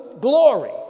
glory